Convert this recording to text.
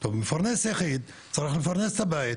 טוב, מפרנס יחיד צריך לפרנס את הבית,